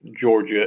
Georgia